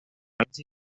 alianza